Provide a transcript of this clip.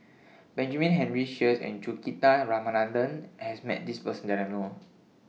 Benjamin Henry Sheares and Juthika Ramanathan has Met This Person that I know Or